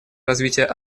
развития